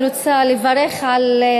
אני רוצה לברך על החוק,